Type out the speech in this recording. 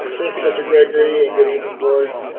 thank you, mr gregory, and good evening board.